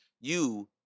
You-